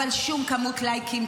אבל שום כמות לייקים,